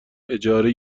اجاره